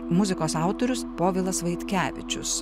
muzikos autorius povilas vaitkevičius